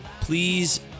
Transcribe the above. please